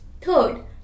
Third